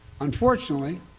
Unfortunately